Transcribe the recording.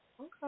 Okay